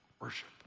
Worship